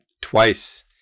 twice